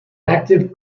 active